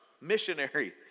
missionary